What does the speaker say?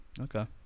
Okay